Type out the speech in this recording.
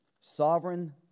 Sovereign